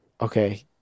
okay